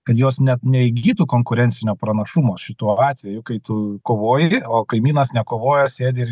kad jos net neįgytų konkurencinio pranašumo šituo atveju kai tu kovoji o kaimynas nekovoja sėdi ir